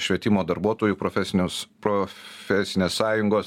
švietimo darbuotojų profesinius profesinės sąjungos